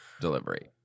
delivery